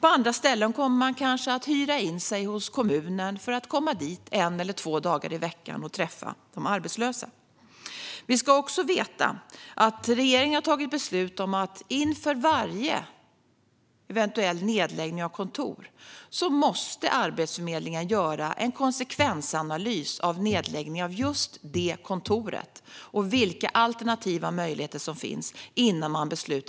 På andra ställen kommer man kanske att hyra in sig hos kommunen för att komma dit en eller två dagar i veckan för att träffa de arbetslösa. Vi ska också veta att regeringen har fattat beslut om att Arbetsförmedlingen, innan man fattar beslut om nedläggning av kontor, måste göra en konsekvensanalys av nedläggningen av just detta kontor och tala om vilka alternativa möjligheter som finns.